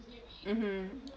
mmhmm